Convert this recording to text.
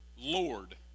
Lord